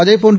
அதேபோன்று